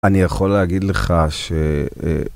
אני יכול להגיד לך ש...